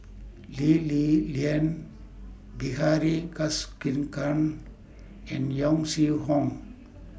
Lee Li Lian Bilahari Kausikan and Yong Shu Hoong